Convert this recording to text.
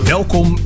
Welkom